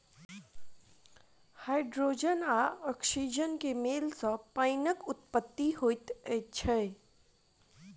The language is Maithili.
हाइड्रोजन आ औक्सीजनक मेल सॅ पाइनक उत्पत्ति होइत छै